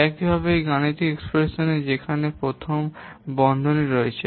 একইভাবে একটি গাণিতিক এক্সপ্রেশনে যেখানে প্রথম বন্ধনী রয়েছে